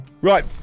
Right